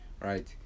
right